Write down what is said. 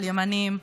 על ימנים,